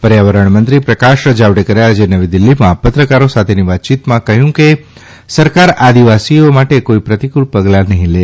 પર્યાવરણ મંત્રી પ્રકાશ જાવડેકરે આજે નવી દિલ્હીમાં પત્રકારો સાથેની વાતચીતમાં કહ્યું કે સરકાર આદિવાસીઓ માટે કોઇ પ્રતિક્રળ પગલાં નહીં લે